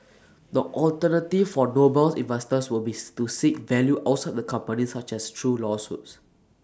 the alternative for Noble's investors will bees to seek value outside the company such as through lawsuits